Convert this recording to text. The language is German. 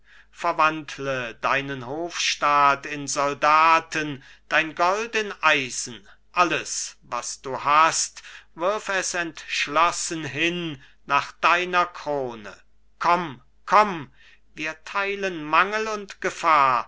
verwandle deinen hofstaat in soldaten dein gold in eisen alles was du hast wirf es entschlossen hin nach deiner krone komm komm wir teilen mangel und gefahr